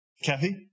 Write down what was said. Kathy